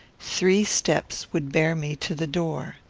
three steps would bear me to the door.